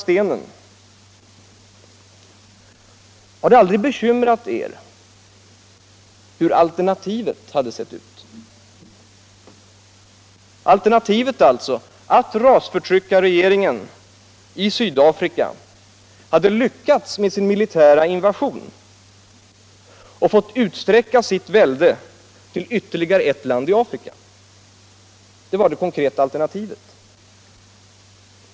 stenen: Har det aldrig bekymrat er hur alternativet hade sett ut = att rasförtryckarregeringen i Sydafrika hade lyckats med sin militära invasion och fått utsträcka sitt välde till ytterligare ett land i Afrika? Det var det konkreta alternativet!